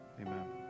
Amen